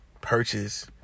purchase